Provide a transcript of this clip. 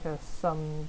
there's some